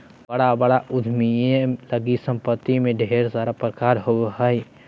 बड़ा बड़ा उद्यमियों लगी सम्पत्ति में ढेर सारा प्रकार होबो हइ